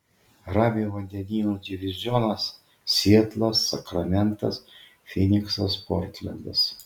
ramiojo vandenyno divizionas sietlas sakramentas fyniksas portlendas